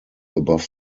above